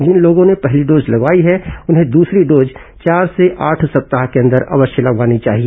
जिन लोगों ने पहली डोज लगवाई है उन्हें दूसरी डोज चार से आठ सप्ताह के अंदर अवश्य लगवानी चाहिए